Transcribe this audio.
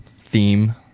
theme